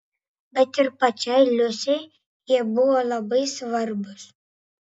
bet ir pačiai liusei jie buvo labai svarbūs